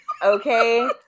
Okay